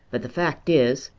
but the fact is,